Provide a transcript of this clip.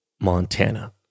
Montana